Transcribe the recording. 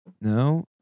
No